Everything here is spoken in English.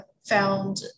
found